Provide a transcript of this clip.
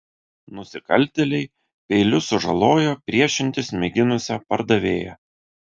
nusikaltėliai peiliu sužalojo priešintis mėginusią pardavėją